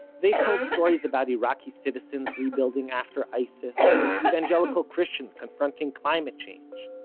they've told stories about iraqi citizens rebuilding after isis, evangelical christians confronting climate change,